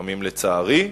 לפעמים לצערי,